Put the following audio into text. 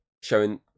showing